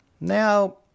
Now